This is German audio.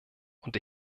und